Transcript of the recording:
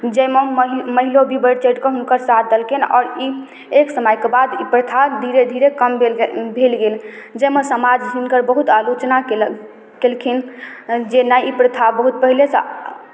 जाहिमे महि महिलो भी बढ़ि चढ़ि कऽ हुनकर साथ देलखिन आओर ई एक समयके बाद ई प्रथा धीरे धीरे कम भेल ज भेल गेल जाहिमे समाज हिनकर बहुत आलोचना केलनि केलखिन जे नहि ई प्रथा बहुत पहिलेसँ